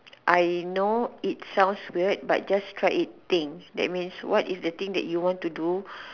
I know it sounds weird but just try it thing that means what is the thing that you want to do